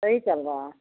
सही चल रहा